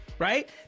right